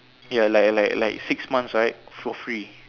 ya like like like six months right for free